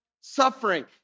suffering